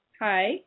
Hi